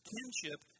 Kinship